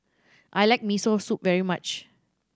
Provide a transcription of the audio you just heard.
I like Miso Soup very much